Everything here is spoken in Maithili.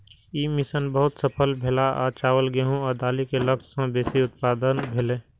ई मिशन बहुत सफल भेलै आ चावल, गेहूं आ दालि के लक्ष्य सं बेसी उत्पादन भेलै